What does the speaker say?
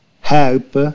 help